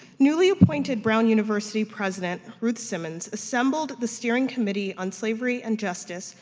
newly-appointed brown university president ruth simmons assembled the steering committee on slavery and justice,